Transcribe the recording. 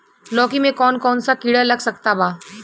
लौकी मे कौन कौन सा कीड़ा लग सकता बा?